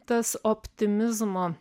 tas optimizmo